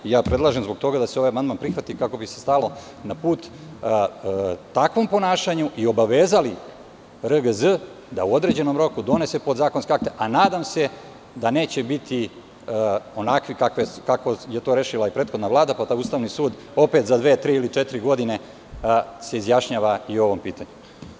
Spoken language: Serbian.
Zbog toga predlažem da se ovaj amandman prihvati, kako bi se stalo na put takvom ponašanju i kako bismo obavezali RGZ da u određenom roku donese podzakonska akta, a nadam se da neće biti onakvi kako je to rešila i prethodna vlada, pa da se Ustavni sud opet za dve, tri ili četiri godine izjašnjava i o ovom pitanju.